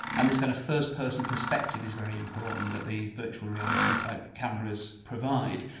and this kind of first-person perspective is very important that the virtual reality-type cameras provide.